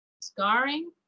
Scarring